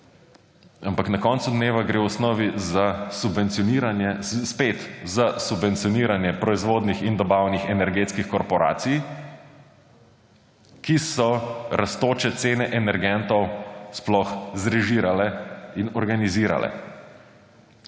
ampak na koncu dneva gre v osnovi spet za subvencioniranje proizvodnih in dobavnih energetskih korporacij, ki so rastoče cene energentov sploh zrežirale in organizirale.